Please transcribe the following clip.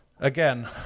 again